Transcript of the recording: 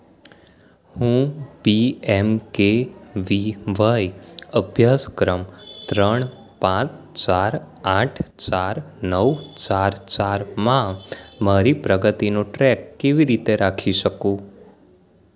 હું પીએમકેવીવાય અભ્યાસક્રમ ત્રણ પાંચ ચાર આઠ ચાર નવ ચાર ચારમાં મારી પ્રગતિનો ટ્રેક કેવી રીતે રાખી શકું